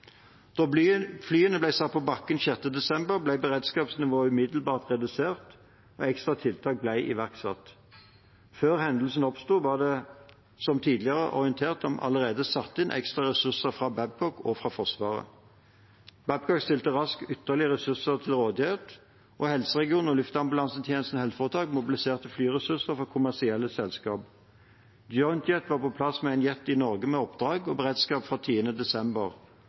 Da flyene ble satt på bakken 6. desember, ble beredskapsnivået umiddelbart redusert, og ekstra tiltak ble iverksatt. Før hendelsen oppsto, var det som tidligere orientert om allerede satt inn ekstra ressurser fra Babcock og fra Forsvaret. Babcock stilte raskt ytterligere ressurser til rådighet, og helseregionene og Luftambulansetjenesten HF mobiliserte flyressurser fra kommersielle selskap. JoinJet var på plass med en jet i Norge med oppdrag og beredskap fra 10. desember,